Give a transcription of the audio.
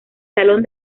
salón